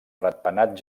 ratpenat